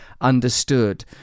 understood